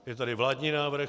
Je tady vládní návrh.